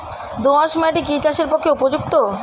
দোআঁশ মাটি কি চাষের পক্ষে উপযুক্ত?